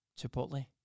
Chipotle